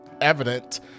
evident